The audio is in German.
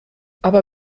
aber